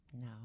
No